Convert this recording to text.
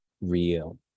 real